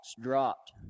dropped